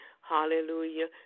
hallelujah